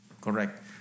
Correct